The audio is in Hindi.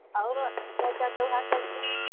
और क्या क्या त्योहार करते है